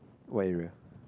what area